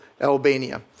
Albania